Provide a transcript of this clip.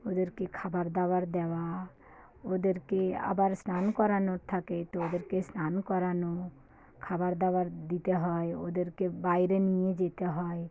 ওদেরকে খাবার দাবার দেওয়া ওদেরকে আবার স্নান করানোর থাকে তো ওদেরকে স্নান করানো খাবার দাবার দিতে হয় ওদেরকে বাইরে নিয়ে যেতে হয়